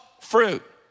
fruit